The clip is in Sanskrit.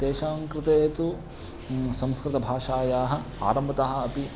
तेषां कृते तु संस्कृतभाषायाः आरम्भतः अपि